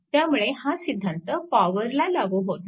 त्यामुळे हा सिद्धांत पॉवरला लागू होत नाही